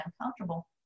uncomfortable